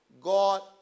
God